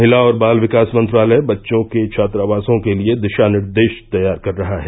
महिला और बाल विकास मंत्रालय बच्चों के छात्रावासों के लिए दिशा निर्देश तैयार कर रहा है